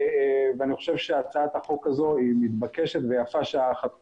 ואני חושב שהצעת החוק הזו מתבקשת ויפה שעה אחת קודם.